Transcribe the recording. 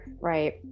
Right